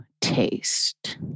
Taste